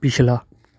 ਪਿਛਲਾ